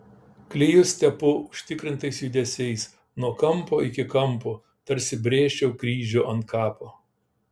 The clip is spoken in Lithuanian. klijus tepu užtikrintais judesiais nuo kampo iki kampo tarsi brėžčiau kryžių ant kapo